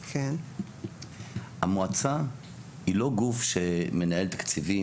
המועצה היא לא גוף שמנהל תקציבים.